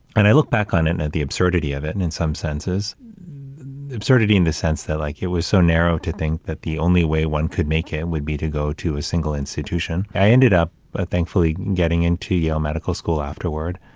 and i look back on it and at the absurdity of it. and in some senses absurdity in the sense that like it was so narrow to think that the only way one could make it would be to go to a single institution i ended up ah thankfully getting into yale medical school afterward.